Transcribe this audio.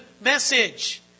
message